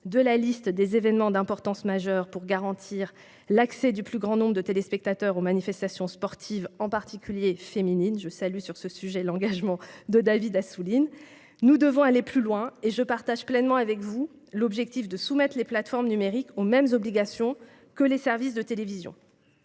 de la liste des événements d'importance majeure, pour garantir l'accès du plus grand nombre de téléspectateurs aux manifestations sportives, en particulier féminines. Je salue, sur ce sujet, l'engagement de David Assouline. Nous devons aller plus loin, et je partage pleinement avec vous l'objectif de soumettre les plateformes numériques aux mêmes obligations que les services de télévision.